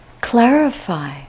clarify